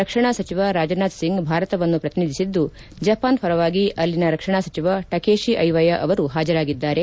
ರಕ್ಷಣಾ ಸಚಿವ ರಾಜನಾಥ್ ಸಿಂಗ್ ಭಾರತವನ್ನು ಪ್ರತಿನಿಧಿಸಿದ್ದು ಜಪಾನ್ ಪರವಾಗಿ ಅಲ್ಲಿನ ರಕ್ಷಣಾ ಸಚಿವ ಟಕೇಶಿ ಐವಯಾ ಅವರು ಹಾಜರಾಗಿದ್ದಾರೆ